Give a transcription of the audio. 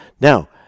Now